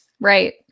right